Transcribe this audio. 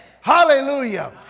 Hallelujah